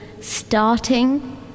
Starting